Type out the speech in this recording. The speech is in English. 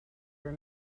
were